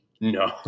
No